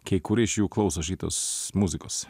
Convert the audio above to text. kai kurie iš jų klauso šitos muzikos